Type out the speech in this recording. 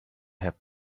have